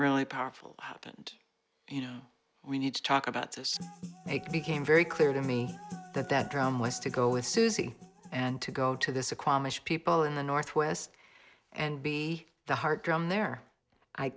really powerful happened you know we need to talk about this make became very clear to me that that drum was to go with susie and to go to this a qualm people in the northwest and be the heart drum there i